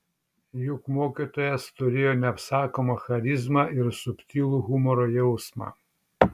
juk mokytojas turėjo neapsakomą charizmą ir subtilų humoro jausmą